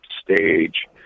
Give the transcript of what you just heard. stage